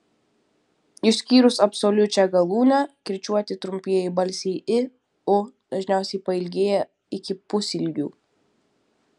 išskyrus absoliučią galūnę kirčiuoti trumpieji balsiai i u dažniausiai pailgėja iki pusilgių